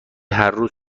هرروز